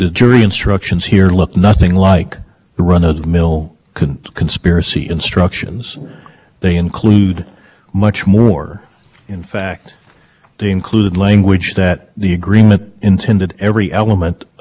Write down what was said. they include much more in fact they include language that the agreement intended every element of at least one of the offenses in the instructions go on to list all of the elements of the substan